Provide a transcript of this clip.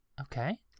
Okay